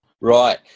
Right